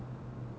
ya